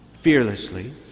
fearlessly